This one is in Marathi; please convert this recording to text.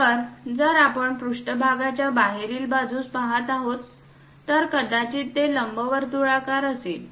तर जर आपण पृष्ठभागाच्या बाहेरील बाजूस पहात आहोत तर कदाचित ते लंबवर्तुळाकार असेल